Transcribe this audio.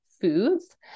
foods